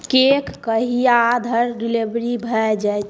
cake कहिआधरि delivery भऽ जायत